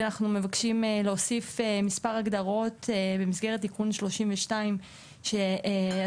אנחנו מבקשים להוסיף מספר הגדרות לתיקון 32 שעשינו